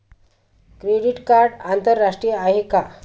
Credit card आंतरराष्ट्रीय आहे का?